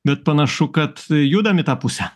bet panašu kad judam į tą pusę